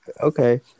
Okay